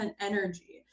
energy